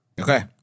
Okay